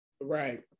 Right